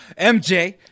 MJ